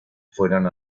fueron